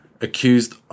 accused